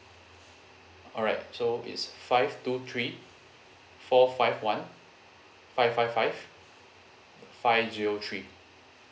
alright so it's five two three four five one five five five five zero three